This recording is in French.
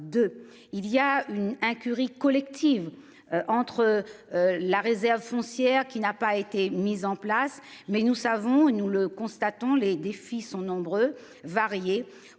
il y a une incurie collective. Entre. La réserve foncière qui n'a pas été mise en place mais nous savons, nous le constatons, les défis sont nombreux, variés